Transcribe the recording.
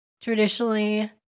traditionally